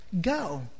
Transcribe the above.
Go